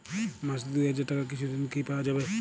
মাসিক দুই হাজার টাকার কিছু ঋণ কি পাওয়া যাবে?